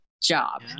job